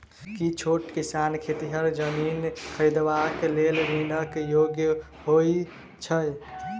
की छोट किसान खेतिहर जमीन खरिदबाक लेल ऋणक योग्य होइ छै?